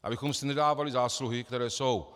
Abychom si nedávali zásluhy, které jsou.